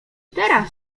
teraz